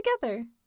together